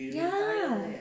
ya